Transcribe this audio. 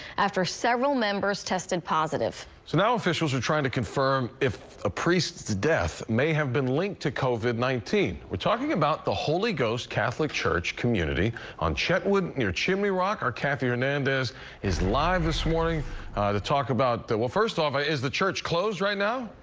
after several members tested positive. so now officials are trying to confirm if a priest's death may have been linked to covid nineteen we're talking about the holy ghost catholic church community on chetwood near chimney rock or cathy hernandez is live this morning to talk about that well first off ah is the church closed right now.